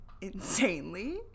Insanely